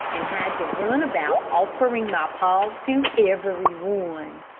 and had to run about offering my paw to every one.